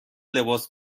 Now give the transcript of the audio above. لباس